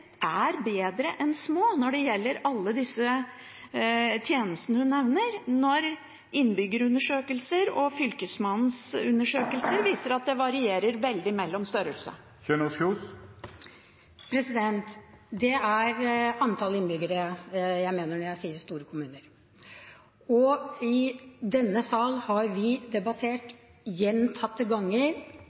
er bedre enn små når det gjelder alle disse tjenestene hun nevner, når innbyggerundersøkelser og Fylkesmannens undersøkelse viser at det varierer veldig mellom størrelse. Det er antall innbyggere jeg mener når jeg sier store kommuner. I denne sal har vi debattert gjentatte ganger